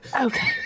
Okay